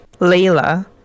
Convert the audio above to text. Layla